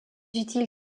utile